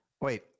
Wait